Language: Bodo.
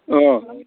अह